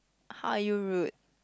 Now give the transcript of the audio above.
how are you rude